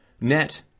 Net